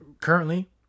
currently